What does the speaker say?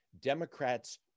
Democrats